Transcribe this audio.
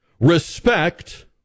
respect